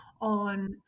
on